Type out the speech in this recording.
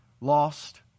lost